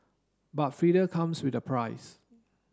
but freedom comes with a price